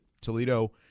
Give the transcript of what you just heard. Toledo